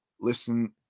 Listen